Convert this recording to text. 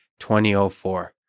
2004